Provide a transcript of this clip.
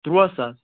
تُرٛواہ ساس